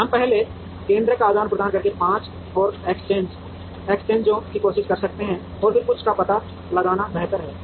हम पहले केन्द्रक का आदान प्रदान करके 5 और एक्सचेंजों की कोशिश कर सकते हैं और फिर कुछ का पता लगाना बेहतर है